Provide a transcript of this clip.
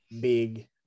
big